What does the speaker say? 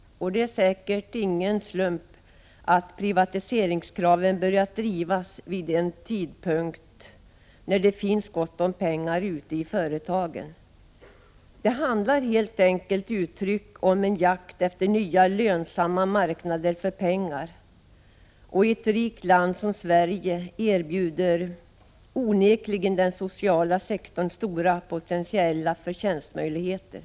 Och det är säkert ingen slump att privatiseringskraven börjat drivas vid en tidpunkt då det finns gott om pengar ute i företagen. Det handlar, enkelt uttryckt, om en jakt på nya lönsamma marknader för penningplacerare. I ett rikt land som Sverige erbjuder den sociala sektorn onekligen stora potentiella förtjänstmöjligheter.